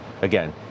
again